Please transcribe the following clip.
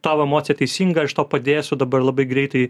tavo emocija teisinga aš tau padėsiu dabar labai greitai